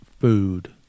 food